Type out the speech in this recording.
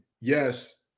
yes